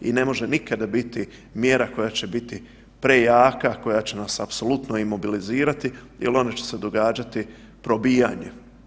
I ne može nikada biti mjera koja će biti prejaka, koja će nas apsolutno imobilizirati jel onda će se događati probijanje.